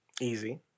easy